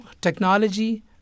technology